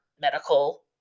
medical